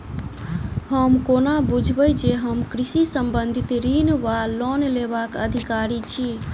हम कोना बुझबै जे हम कृषि संबंधित ऋण वा लोन लेबाक अधिकारी छी?